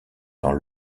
dans